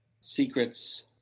secrets